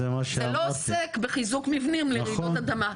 זה לא עוסק בחיזוק מבנים לרעידות אדמה.